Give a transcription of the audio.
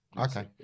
okay